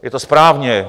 Je to správně.